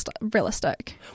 realistic